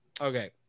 okay